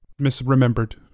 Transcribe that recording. misremembered